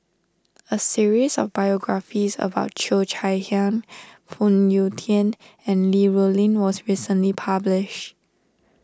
a series of biographies about Cheo Chai Hiang Phoon Yew Tien and Li Rulin was recently published